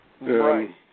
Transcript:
Right